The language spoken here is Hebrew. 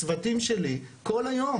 הצוותים שלי כל היום,